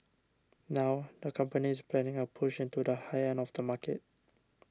now the company is planning a push into the high end of the market